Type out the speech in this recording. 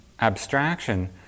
abstraction